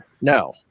No